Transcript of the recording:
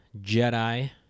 Jedi